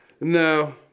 no